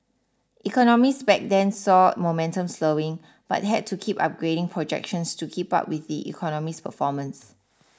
economists back then saw momentum slowing but had to keep upgrading projections to keep up with the economy's performance